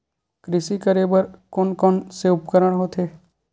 कृषि करेबर कोन कौन से उपकरण होथे?